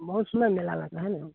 बहुत सुन्दर मेला लगता है ना